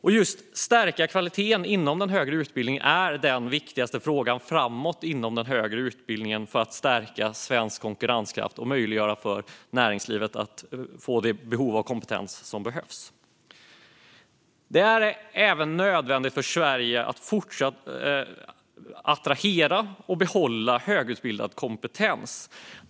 Att just stärka kvaliteten inom den högre utbildningen är den viktigaste frågan framåt inom den högre utbildningen för att stärka svensk konkurrenskraft och möjliggöra för näringslivet att få den kompetens som det finns behov av. Det är även nödvändigt för Sverige att fortsätta attrahera och behålla högutbildad kompetens.